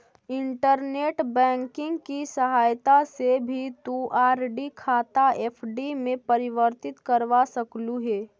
internet banking की सहायता से भी तु आर.डी खाता एफ.डी में परिवर्तित करवा सकलू हे